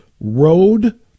road